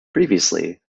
previously